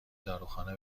داروخانه